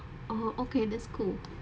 oh okay that's cool